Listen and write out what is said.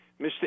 Mr